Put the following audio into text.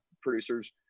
producers